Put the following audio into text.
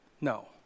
No